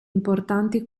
importanti